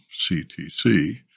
CTC